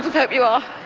hope you are.